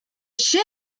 shift